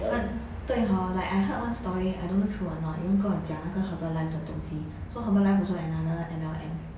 but 对 hor like I heard one story I don't know true or not 有人跟我讲那个 herbalife 的东西 so herbalife also another M_L_M